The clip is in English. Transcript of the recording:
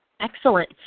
Excellent